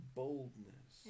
boldness